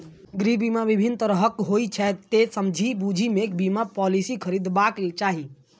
गृह बीमा विभिन्न तरहक होइ छै, तें समझि बूझि कें बीमा पॉलिसी खरीदबाक चाही